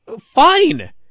fine